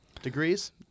degrees